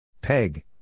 Peg